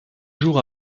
jours